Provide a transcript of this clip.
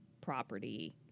property